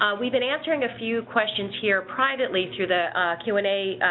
ah we've been answering a few questions here privately through the q and a.